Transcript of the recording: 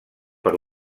per